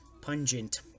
pungent